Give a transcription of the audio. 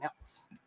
else